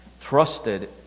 trusted